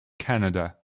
canada